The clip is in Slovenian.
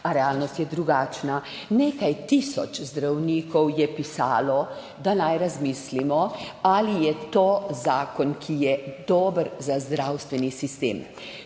a realnost je drugačna. Nekaj tisoč zdravnikov je pisalo, da naj razmislimo, ali je to zakon, ki je dober za zdravstveni sistem.